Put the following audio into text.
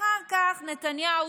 אחר כך נתניהו,